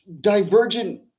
divergent